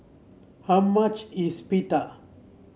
how much is Pita